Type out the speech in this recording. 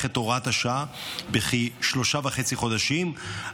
את הוראת השעה בכשלושה חודשים וחצי,